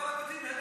אבל הבתים האלה